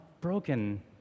broken